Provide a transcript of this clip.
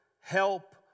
help